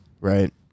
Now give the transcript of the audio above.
Right